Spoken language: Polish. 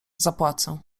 zapłacę